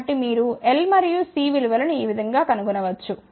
కాబట్టి మీరు L మరియు C విలు వలను ఈ విధం గా కనుగొనవచ్చు